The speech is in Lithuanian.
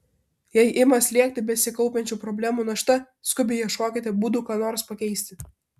jei ima slėgti besikaupiančių problemų našta skubiai ieškokite būdų ką nors pakeisti